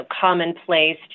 commonplace